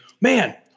man